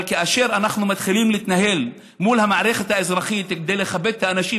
אבל כאשר אנחנו מתחילים להתנהל מול המערכת האזרחית כדי לכבד את האנשים,